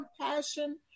compassion